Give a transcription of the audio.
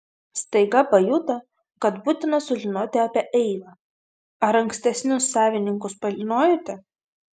staiga pajuto kad būtina sužinoti apie eivą ar ankstesnius savininkus pažinojote